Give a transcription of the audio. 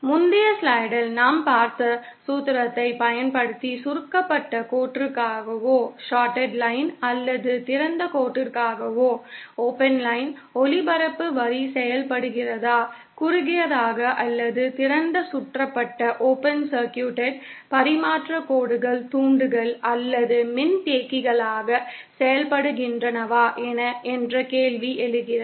முந்தைய ஸ்லைடில் நாம் பார்த்த சூத்திரத்தைப் பயன்படுத்தி சுருக்கப்பட்ட கோட்டிற்காகவோ அல்லது திறந்த கோட்டிற்காகவோ ஒலிபரப்பு வரி செயல்படுகிறதா குறுகியதாக அல்லது திறந்த சுற்றப்பட்ட பரிமாற்றக் கோடுகள் தூண்டிகள் அல்லது மின்தேக்கிகளாக செயல்படுகின்றனவா என்ற கேள்வி எழுகிறது